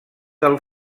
del